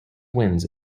wins